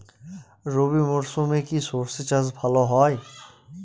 রবি মরশুমে কি সর্ষে চাষ ভালো হয়?